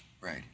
Right